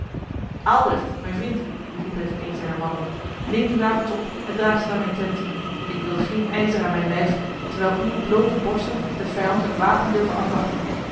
aelbrecht mijn vriend riep hij tot een zijner mannen neem die wapens op en draag ze naar mijn tent ik wil geen ijzer aan mijn lijf terwijl uw blote borsten het vijandlijk wapen durven afwachten